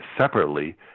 separately